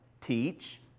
teach